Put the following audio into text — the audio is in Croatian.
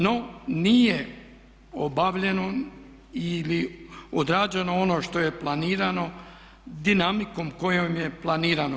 No, nije obavljeno ili odrađeno ono što je planirano dinamikom kojom je planirano.